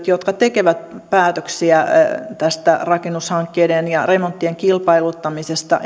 jotka tekevät päätöksiä tästä rakennushankkeiden ja remonttien kilpailuttamisesta